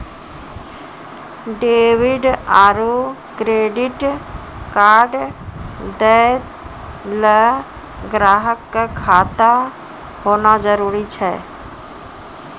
debit आरू credit card दैय ल ग्राहक क खाता होना जरूरी छै